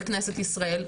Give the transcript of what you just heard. בכנסת ישראל,